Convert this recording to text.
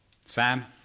Sam